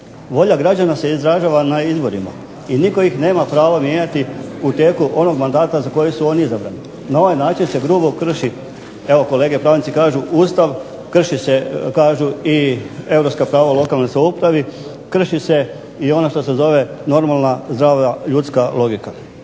Volja građana se izražava na izborima i nitko ih nema pravo mijenjati u tijeku onog mandata za koji su oni izabrani. Na ovaj način se grubo krši, evo kolege … kažu Ustav krši se i europska prava o lokalnoj samoupravi, krši se i ono što se zove normalna zdrava ljudska logika.